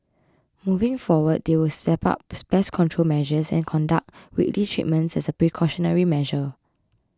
moving forward they will step up pest control measures and conduct weekly treatments as a precautionary measure